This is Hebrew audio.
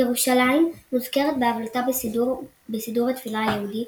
ירושלים מוזכרת בהבלטה בסידור התפילה היהודי,